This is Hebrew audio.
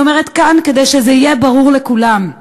אני אומרת כאן, כדי שזה יהיה ברור לכולם: